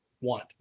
want